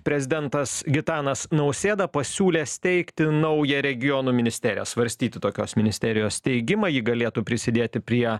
prezidentas gitanas nausėda pasiūlė steigti naują regionų ministeriją svarstyti tokios ministerijos steigimą ji galėtų prisidėti prie